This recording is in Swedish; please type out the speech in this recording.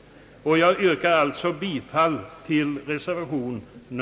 Jag yrkar alltså bifall till reservationen.